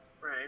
Right